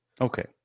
Okay